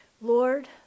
Lord